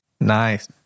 Nice